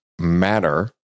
matter